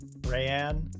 Rayanne